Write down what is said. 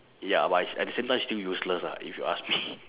ya but it's at the same time still useless ah if you ask me